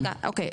אוקיי.